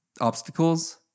obstacles